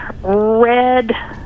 red